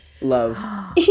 Love